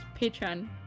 Patreon